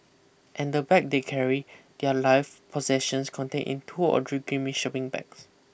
and the bag they carry their life possessions contain in two or three grimy shopping bags